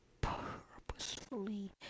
Purposefully